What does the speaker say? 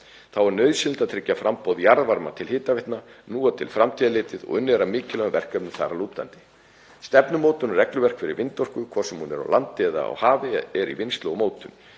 Þá er nauðsynlegt að tryggja framboð jarðvarma til hitaveitna nú og til framtíðar litið og unnið er að mikilvægum verkefnum þar að lútandi. Stefnumótun og regluverk fyrir vindorku, hvort sem hún er á landi eða á hafi, er í vinnslu og mótun.